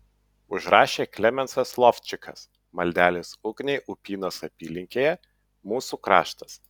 užrašė klemensas lovčikas maldelės ugniai upynos apylinkėje mūsų kraštas